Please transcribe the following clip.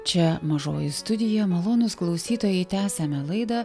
čia mažoji studija malonūs klausytojai tęsiame laidą